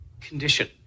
Condition